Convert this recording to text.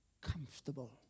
comfortable